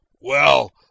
Well